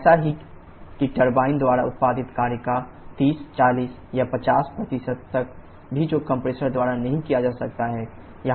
तो ऐसा है कि टरबाइन द्वारा उत्पादित कार्य का 30 40 या 50 तक भी जो कंप्रेसर द्वारा नहीं किया जा सकता है